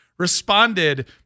responded